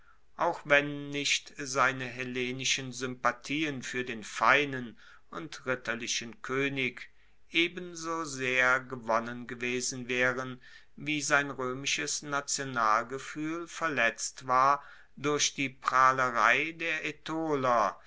auch wenn nicht seine hellenischen sympathien fuer den feinen und ritterlichen koenig ebenso sehr gewonnen gewesen waeren wie sein roemisches nationalgefuehl verletzt war durch die prahlerei der